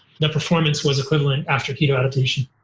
the performance was equivalent after keto adaptation.